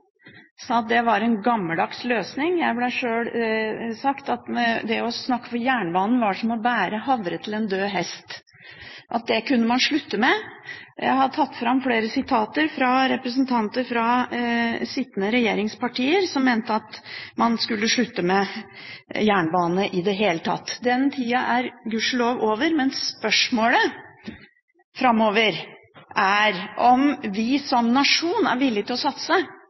sa at det var en gammeldags løsning. Det ble sagt at det å snakke for jernbanen var som å bære havre til en død hest – det kunne man slutte med. Jeg har tatt fram flere sitater fra representanter fra sittende regjeringspartier som mente at man skulle slutte med jernbane i det hele tatt. Den tida er gudskjelov over, men spørsmålet framover er: Er vi som nasjon villig til å satse?